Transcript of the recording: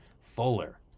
Fuller